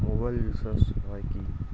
Mobile recharge হয় কি?